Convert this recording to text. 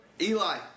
Eli